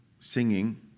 singing